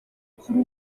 kuri